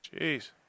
Jeez